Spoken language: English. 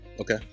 Okay